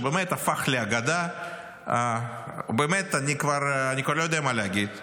שבאמת הפך לאגדה ואני כבר באמת לא יודע מה להגיד,